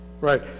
right